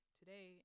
today